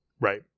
Right